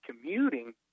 commuting